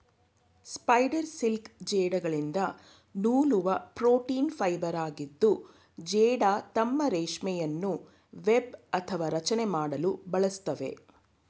spider silk ಜೇಡಗಳಿಂದ ನೂಲುವ protein ಫೈಬರಾಗಿದ್ದು ಜೇಡ ತಮ್ಮ ರೇಷ್ಮೆಯನ್ನು ವೆಬ್ ಅಥವಾ ರಚನೆ ಮಾಡಲು ಬಳಸ್ತವೆ